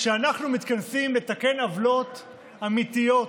כשאנחנו מתכנסים לתקן עוולות אמיתיות